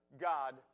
God